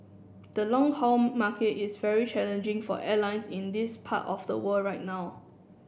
the long haul market is very challenging for airlines in this part of the world right now